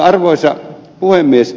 arvoisa puhemies